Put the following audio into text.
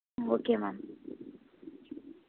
ம் okay ma'am